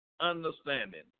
Understanding